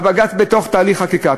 בבג"ץ בתוך תהליך חקיקה.